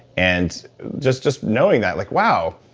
and just just knowing that, like, wow.